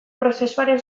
prozesuaren